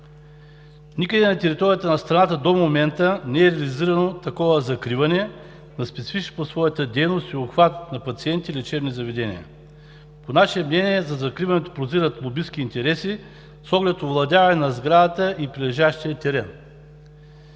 Никъде на територията на страната до момента не е реализирано такова закриване на специфични по своята дейност и обхват на пациенти лечебни заведения. По наше мнение за закриването прозират лобистки интереси с оглед овладяване на сградата и прилежащия терен.